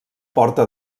porta